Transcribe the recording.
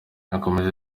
yakomeje